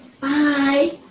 Bye